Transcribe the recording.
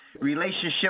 relationship